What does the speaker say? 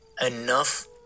enough